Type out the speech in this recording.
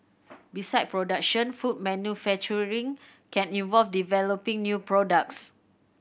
beside production food manufacturing can involve developing new products